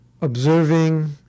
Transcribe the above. observing